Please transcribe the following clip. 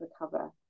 recover